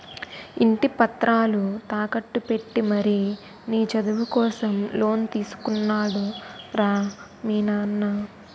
ఇంటి పత్రాలు తాకట్టు పెట్టి మరీ నీ చదువు కోసం లోన్ తీసుకున్నాడు రా మీ నాన్న